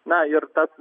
na ir tas